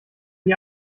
die